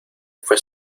fue